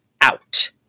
out